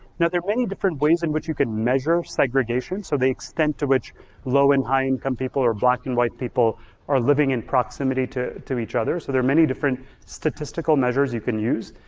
now there are many different ways in which you can measure segregation, so the extent to which low and high income people or black and white people are living in proximity to to each other. so there are many different statistical measures you can use.